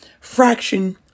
fraction